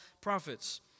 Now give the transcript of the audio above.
prophets